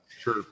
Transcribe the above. sure